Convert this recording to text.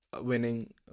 winning